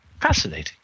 fascinating